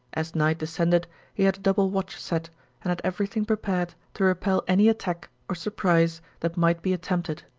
as night descended he had a double watch set and had everything prepared to repel any attack or surprise that might be attempted.